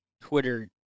Twitter